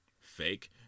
fake